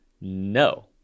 no